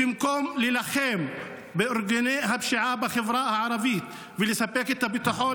במקום להילחם בארגוני הפשיעה בחברה הערבית ולספק את הביטחון